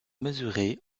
mesurée